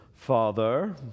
Father